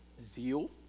zeal